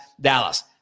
Dallas